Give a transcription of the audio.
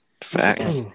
Facts